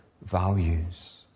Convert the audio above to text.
values